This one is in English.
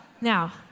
Now